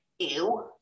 Ew